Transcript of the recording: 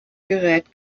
gerät